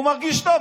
הוא מרגיש טוב,